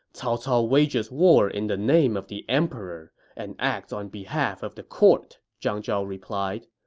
cao cao wages war in the name of the emperor and acts on behalf of the court, zhang zhao replied.